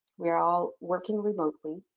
we're all working remotely.